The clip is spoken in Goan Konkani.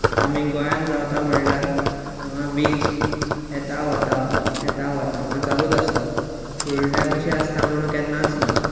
आतां आमी गोंयांत रावता म्हणल्यार हांगा वीज येता वता येता वता हांगा चालूच आसता फूल टायम अशें आसता म्हणून केन्नाच ना